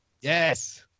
Yes